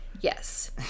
Yes